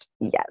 Yes